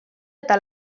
eta